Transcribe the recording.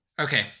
okay